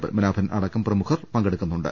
പത്മനാഭൻ അടക്കം പ്രമുഖർ പങ്കെടുക്കുന്നുണ്ട്